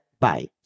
Bye